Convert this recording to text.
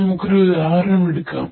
നമുക്ക് ഒരു ഉദാഹരണം എടുക്കാം